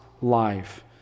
life